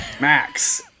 Max